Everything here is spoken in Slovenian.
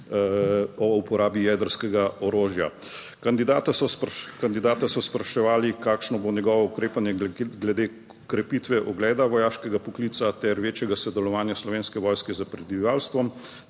o uporabi jedrskega orožja. Kandidata so spraševali, kakšno bo njegovo ukrepanje glede krepitve ugleda vojaškega poklica ter večjega sodelovanja Slovenske vojske s prebivalstvom